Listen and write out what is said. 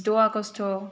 जिद' आगष्ट'